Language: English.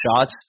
shots